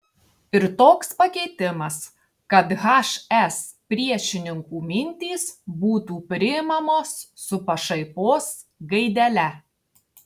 ir toks pakeitimas kad hs priešininkų mintys būtų priimamos su pašaipos gaidele